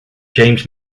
james